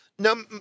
No